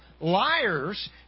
liars